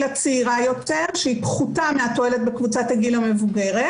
הצעירה יותר שהיא פחותה מהתועלת בקבוצת הגיל המבוגרת,